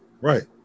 Right